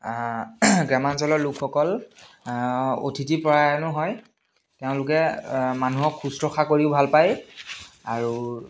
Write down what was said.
গ্ৰাম্য়াঞ্চলৰ লোকসকল অতিথিপৰায়নো হয় তেওঁলোকে মানুহক শুশ্ৰূষা কৰিও ভাল পায় আৰু